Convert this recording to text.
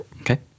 Okay